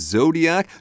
Zodiac